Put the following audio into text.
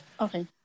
Okay